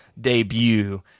debut